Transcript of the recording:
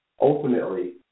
ultimately